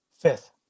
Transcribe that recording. Fifth